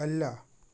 അല്ല